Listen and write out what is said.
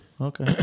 Okay